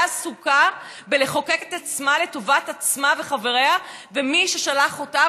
עסוקה בלחוקק את עצמה לטובת עצמה וחבריה ומי ששלח אותם,